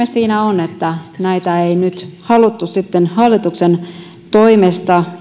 siinä on että näitä kuntakokeiluja ei nyt haluttu sitten hallituksen toimesta